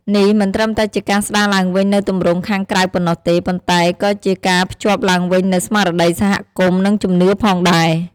នេះមិនត្រឹមតែជាការស្ដារឡើងវិញនូវទម្រង់ខាងក្រៅប៉ុណ្ណោះទេ ប៉ុន្តែក៏ជាការភ្ជាប់ឡើងវិញនូវស្មារតីសហគមន៍ និងជំនឿផងដែរ។